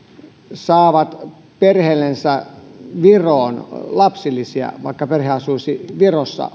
saavat perheellensä viroon lapsilisiä vaikka perhe asuisi virossa